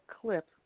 clip